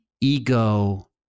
ego